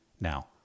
Now